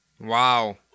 Wow